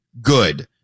Good